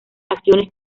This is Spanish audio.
acciones